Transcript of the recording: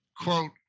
quote